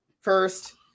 first